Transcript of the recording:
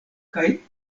kaj